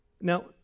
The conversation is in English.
Now